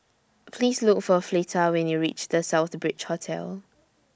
Please Look For Fleta when YOU REACH The Southbridge Hotel